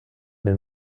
den